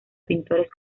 pintores